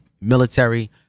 military